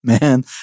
man